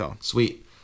Sweet